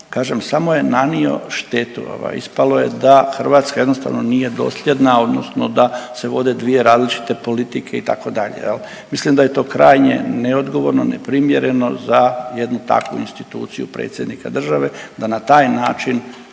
kažem samo je nanio štetu. Ovaj ispalo je da Hrvatska jednostavno nije dosljedna odnosno da se vode dvije različite politike itd. jel. Mislim da je to krajnje neodgovorno, neprimjereno za jednu takvu instituciju predsjednika države da na taj način